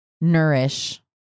nourish